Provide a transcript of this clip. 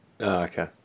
Okay